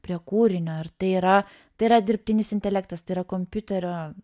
prie kūrinio ir tai yra tai yra dirbtinis intelektas tai yra kompiuterio